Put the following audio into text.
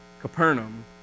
Capernaum